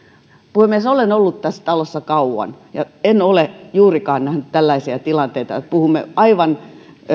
puhemies olen ollut tässä talossa kauan ja en ole juurikaan nähnyt tällaisia tilanteita että puhumme aivan